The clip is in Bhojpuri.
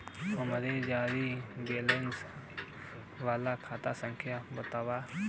हमार जीरो बैलेस वाला खाता संख्या वतावा?